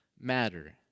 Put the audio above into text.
matter